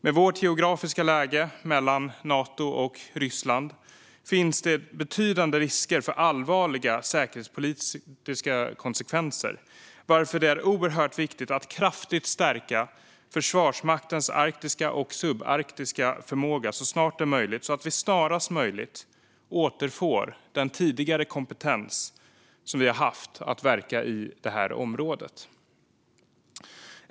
Med vårt geografiska läge mellan Nato och Ryssland finns det betydande risker för allvarliga säkerhetspolitiska konsekvenser, varför det är oerhört viktigt att kraftigt stärka Försvarsmaktens arktiska och subarktiska förmåga så snart det är möjligt så att vi snarast möjligt återfår den kompetens vi tidigare har haft att verka i det här området.